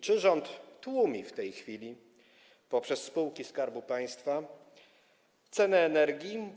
Czy rząd tłumi w tej chwili poprzez spółki Skarbu Państwa cenę energii?